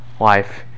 life